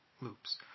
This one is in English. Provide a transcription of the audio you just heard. loops